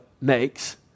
makes